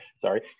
sorry